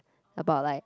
about like